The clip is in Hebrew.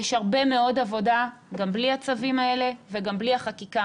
יש הרבה מאוד עבודה גם בלי הצווים האלה וגם בלי החקיקה.